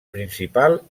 principal